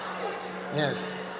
Yes